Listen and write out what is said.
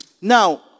Now